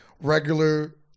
regular